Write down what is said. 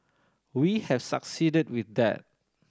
we have succeeded with that